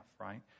right